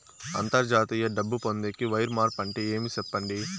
అంతర్జాతీయ డబ్బు పొందేకి, వైర్ మార్పు అంటే ఏమి? సెప్పండి?